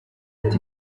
ati